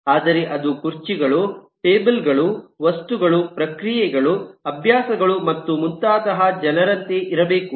ಆದರೆ ಅದು ಕುರ್ಚಿಗಳು ಟೇಬಲ್ ಗಳು ವಸ್ತುಗಳು ಪ್ರಕ್ರಿಯೆಗಳು ಅಭ್ಯಾಸಗಳು ಮತ್ತು ಮುಂತಾದ ಜನರಂತೆ ಇರಬೇಕು